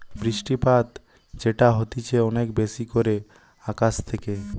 বৃষ্টিপাত যেটা হতিছে অনেক বেশি করে আকাশ থেকে